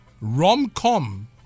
rom-com